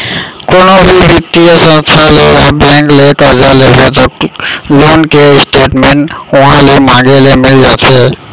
कोनो भी बित्तीय संस्था ले या बेंक ले करजा लेबे त लोन के स्टेट मेंट उहॉं ले मांगे ले मिल जाथे